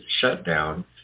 shutdown